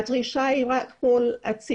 הדרישה היא מהציבור.